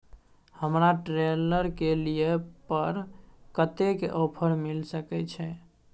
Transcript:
हमरा ट्रेलर के लिए पर कतेक के ऑफर मिलय सके छै?